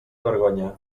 vergonya